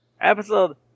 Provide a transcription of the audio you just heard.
Episode